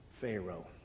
Pharaoh